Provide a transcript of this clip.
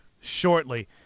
shortly